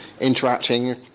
interacting